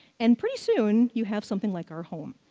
and pretty soon you have something like our home.